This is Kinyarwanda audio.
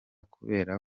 kubera